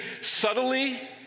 subtly